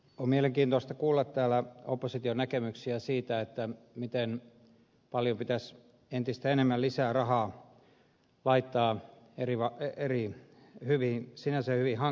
on mielenkiintoista kuulla täällä opposition näkemyksiä siitä miten paljon pitäisi entistä enemmän rahaa laittaa sinänsä hyviin eri hankkeisiin